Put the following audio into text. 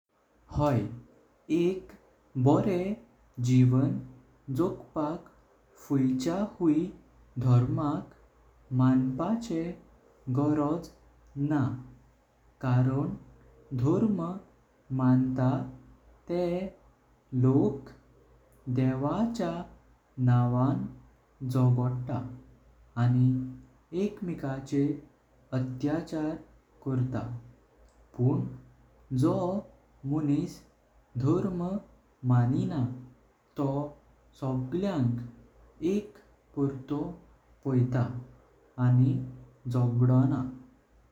होय, एक बोरें जीवन जोगपाक फुया धोरीं धरमाक मानपाचे गरज ना। कारण धरम मन्तांत तेह लोक देवान नावान झोगोटा आनी एकमेकाचेर अत्याचार कोर्टा। पण जो मनीस धरम मानिना तोह सगळ्यांक एक पुर्तो पोयता आनी झगडना।